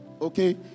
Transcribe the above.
okay